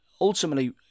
Ultimately